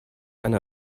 eine